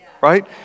right